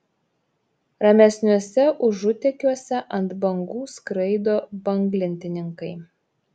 ramesniuose užutekiuose ant bangų skraido banglentininkai